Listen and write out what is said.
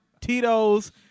Tito's